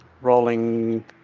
rolling